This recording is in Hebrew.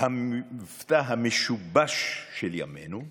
המבטא המשובש של ימינו 'לרדת'